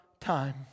time